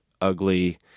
ugly